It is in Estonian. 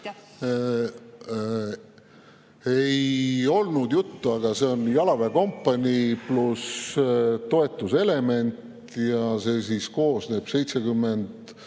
Ei olnud juttu. Aga see on jalaväekompanii pluss toetuselement ja see koosneb 76